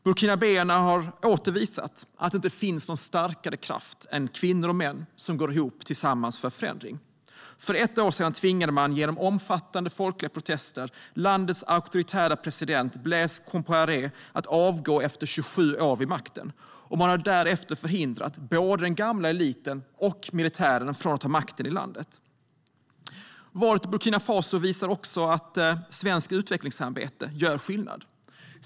Burkinierna har åter visat oss att det inte finns någon starkare kraft än kvinnor och män som går ihop för förändring. För ett år sedan tvingade man genom omfattande folkliga protester landets auktoritäre president Blaise Compaoré att avgå efter 27 år vid makten, och man har därefter förhindrat försök från både den gamla eliten och militären att ta makten i landet. Valet i Burkina Faso visar också att svenskt utvecklingssamarbete gör skillnad.